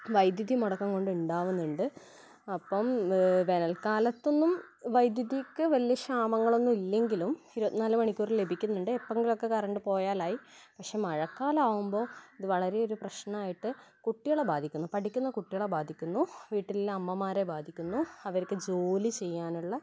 വൈദ്യുതി മുടക്കം കൊണ്ട് ഉണ്ടാകുന്നുണ്ട് അപ്പം വേനൽക്കാലത്തൊന്നും വൈദ്യുതിക്ക് വലിയ ക്ഷാമങ്ങളൊന്നും ഇല്ലെങ്കിലും ഇരുപത്തിനാലു മണിക്കൂറും ലഭിക്കുന്നുണ്ട് എപ്പോഴെങ്കിലൊക്കെ കറണ്ട് പോയാലായി പക്ഷേ മഴക്കാലമാകുമ്പോൾ ഇത് വളരെ ഒരു പ്രശ്നമായിട്ട് കുട്ടികളെ ബാധിക്കുന്നു പഠിക്കുന്ന കുട്ടികളെ ബാധിക്കുന്നു വീട്ടിലെ അമ്മമാരെ ബാധിക്കുന്നു അവർക്ക് ജോലി ചെയ്യാനുള്ള